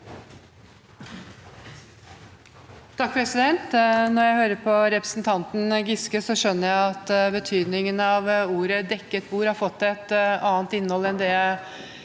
(H) Når jeg hører på re- presentanten Giske, så skjønner jeg at betydningen av begrepet «dekket bord» har fått et annet innhold enn det